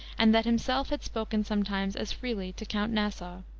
and that himself had spoken sometimes as freely to count nassau.